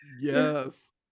Yes